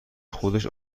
خودش